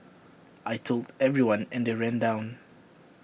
I Told everyone and they ran down